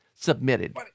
submitted